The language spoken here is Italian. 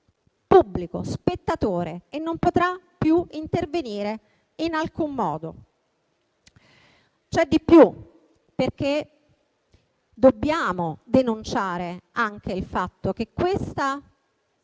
spettatore, e non potrà più intervenire in alcun modo. C'è di più, perché dobbiamo denunciare anche il fatto che voi